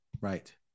right